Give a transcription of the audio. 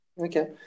Okay